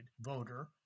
voter